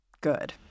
good